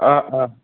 অঁ অঁ